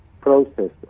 process